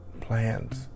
plans